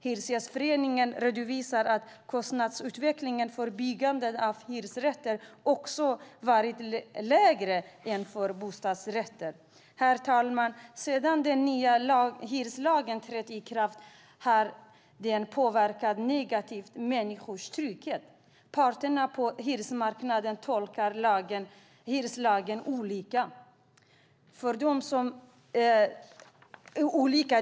Hyresgästföreningen redovisar att kostnadsutvecklingen för byggande av hyresrätter också varit lägre än för bostadsrätter. Herr talman! Sedan den nya hyreslagen trädde i kraft har den påverkat människors trygghet negativt. Parterna på hyresmarknaden tolkar hyreslagen olika.